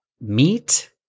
meat